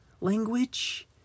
language